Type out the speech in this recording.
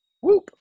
Whoop